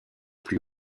plus